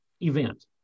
event